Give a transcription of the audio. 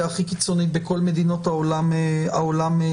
הכי קיצונית בכל מדינות העולם המערב.